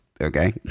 Okay